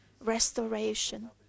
restoration